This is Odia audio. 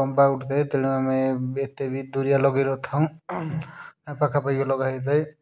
ଲମ୍ବା ଉଠିଥାଏ ତେଣୁ ଆମେ ଏତେ ବି ଦୁରିଆ ଲଗେଇ ନଥାଉ ପାଖା ପାଖି ଲଗା ହୋଇଥାଏ